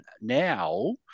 now